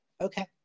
Okay